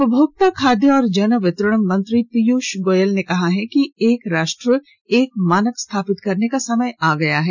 उपभोक्ता खाद्य और जन वितरण मंत्री पीयूष गोयल ने कहा है कि एक राष्ट्र एक मानक स्थापित करने का समय आ गया है